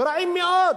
ורעים מאוד.